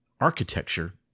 architecture